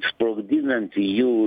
sprogdinant jų